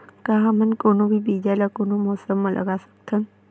का हमन कोनो भी बीज ला कोनो मौसम म लगा सकथन?